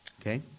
Okay